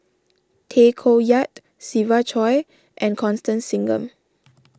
Tay Koh Yat Siva Choy and Constance Singam